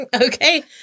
Okay